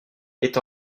est